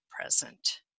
present